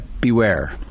beware